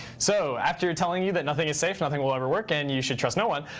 so after telling you that nothing is safe, nothing will ever work, and you should trust no one,